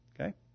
okay